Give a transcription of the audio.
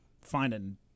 finding